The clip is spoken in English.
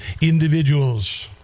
individuals